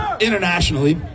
internationally